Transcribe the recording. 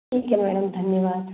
ठीक है मैडम धन्यवाद